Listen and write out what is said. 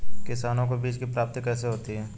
किसानों को बीज की प्राप्ति कैसे होती है?